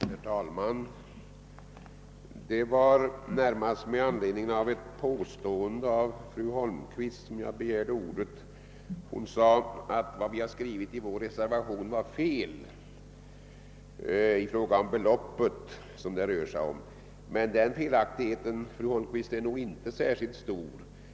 Herr talman! Jag har begärt ordet närmast med anledning av ett påstående av fru Holmqvist. Hon sade att vi i vår reservation felaktigt angivit storleken av skattebortfallet för staten. Den felaktigheten är nog inte särskilt stor.